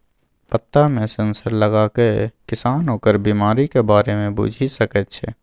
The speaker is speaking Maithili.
पत्तामे सेंसर लगाकए किसान ओकर बिमारीक बारे मे बुझि सकैत छै